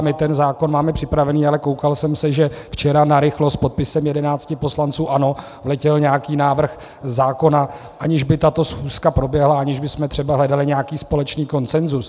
My ten zákon máme připraven, ale koukal jsem se, že včera narychlo s podpisem 11 poslanců ANO letěl nějaký návrh zákona, aniž by tato schůzka proběhla, aniž bychom třeba hledali nějaký společný konsenzus.